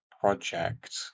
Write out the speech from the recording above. project